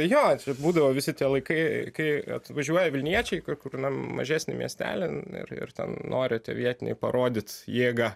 jo čia būdavo visi tie laikai kai atvažiuoja vilniečiai kokį na mažesnį miestelį ir ir nori tie vietiniai parodyt jėgą